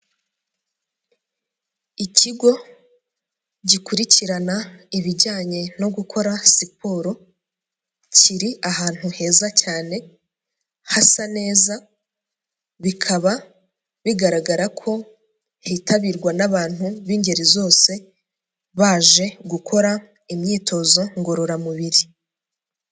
Ikigo gikurikirana ibijyanye no gukora siporo, kiri ahantu heza cyane hasa neza, bikaba bigaragara ko hitabirwa n'abantu b'ingeri zose baje gukora imyitozo ngororamubiri.